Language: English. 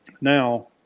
Now